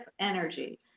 energy